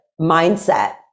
mindset